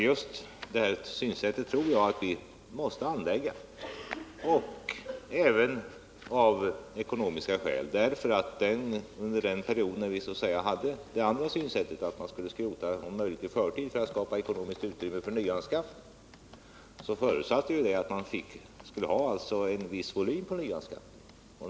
Jag tror att vi måste anlägga detta synsätt, bl.a. av ekonomiska skäl. Det motsatta synsättet, dvs. att om möjligt i förtid skrota ned gamla system för att ge utrymme för nyanskaffning, förutsatte en viss volym på nyanskaffningen.